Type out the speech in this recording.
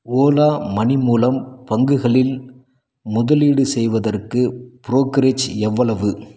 Ola money மூலம் பங்குகளில் முதலீடு செய்வதற்கு ப்ரோக்கரேஜ் எவ்வளவு